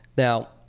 Now